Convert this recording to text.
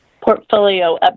portfolio